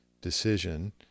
decision